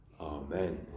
Amen